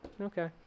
okay